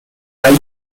mai